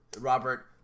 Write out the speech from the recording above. Robert